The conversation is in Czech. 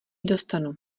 dostanu